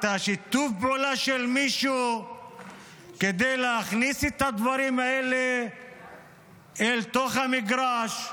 את שיתוף הפעולה של מישהו כדי להכניס את הדברים האלה אל תוך המגרש.